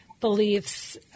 beliefs